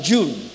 June